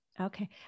Okay